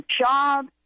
job